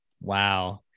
Wow